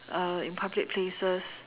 uh in public places